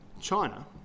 China